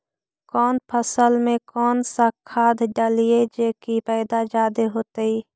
कौन फसल मे कौन सा खाध डलियय जे की पैदा जादे होतय?